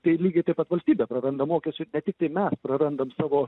tai lygiai taip pat valstybė praranda mokesčių ne tiktai mes prarandam savo